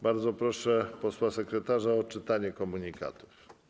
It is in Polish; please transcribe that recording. Bardzo proszę posła sekretarza o odczytanie komunikatów.